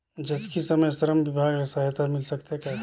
जचकी समय श्रम विभाग ले सहायता मिल सकथे का?